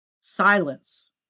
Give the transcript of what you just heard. silence